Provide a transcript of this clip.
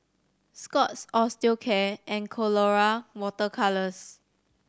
Scott's Osteocare and Colora Water Colours